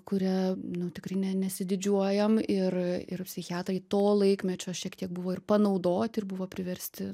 kuria nu tikrai ne nesididžiuojam ir ir psichiatrai to laikmečio šiek tiek buvo ir panaudoti ir buvo priversti